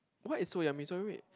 what is seoul yummy so yummy